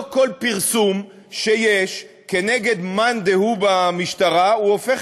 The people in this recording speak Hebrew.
לא כל פרסום שיש כנגד מאן דהוא במשטרה הופך